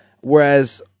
Whereas